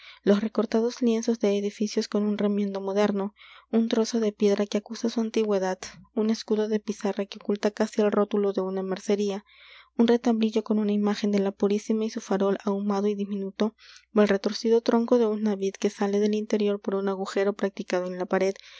los recortados lienzos de edificios con un remiendo moderno un trozo de piedra que acusa su antigüedad un escudo de pizarra que oculta casi el rótulo de una mercería un retablillo con una imagen de la purísima y su farol ahumado y diminuto ó el retorcido tronco de una vid que sale del interior por un agujero practicado en la pared